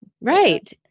Right